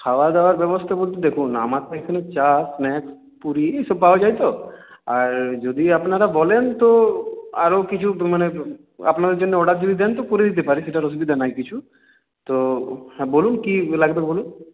খাওয়া দাওয়ার ব্যবস্থা বলতে দেখুন আমার তো এখানে চা স্ন্যাক্স পুরি এসব পাওয়া যায় তো আর যদি আপনারা বলেন তো আরও কিছু মানে আপনাদের জন্য অর্ডার যদি দেন তো করে দিতে পারি সেটার অসুবিধা নাই কিছু তো হ্যাঁ বলুন কী লাগবে বলুন